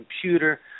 computer